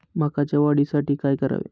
मकाच्या वाढीसाठी काय करावे?